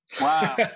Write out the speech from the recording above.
Wow